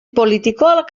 politikoak